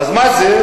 אז מה זה?